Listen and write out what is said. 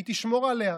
היא תשמור עליה,